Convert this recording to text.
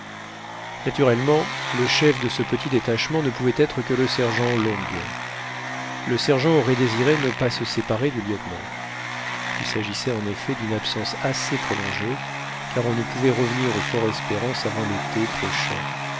naturellement le chef de ce petit détachement ne pouvait être que le sergent long le sergent aurait désiré ne pas se séparer du lieutenant il s'agissait en effet d'une absence assez prolongée car on ne pouvait revenir au fort espérance avant l'été prochain